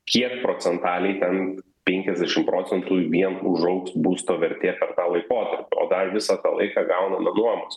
kiek procentaliai ten penkiasdešim procentų vien užaugs būsto vertė per tą laikotarpį o dar visą tą laiką gaunama nuomos